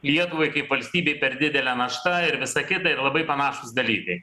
lietuvai kaip valstybei per didelė našta ir visa kita ir labai panašūs dalykai